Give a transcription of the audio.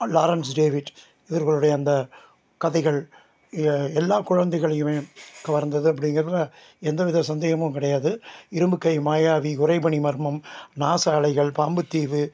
Lawrence David இவர்களுடைய அந்த கதைகள் எ எல்லா குழந்தைகளையுமே கவர்ந்தது அப்படிங்கிறதுல எந்தவித சந்தேகமும் கிடையாது இரும்புக் கை மாயாவி உறைபனி மர்மம் நாசாலைகள் பாம்புத்தீவு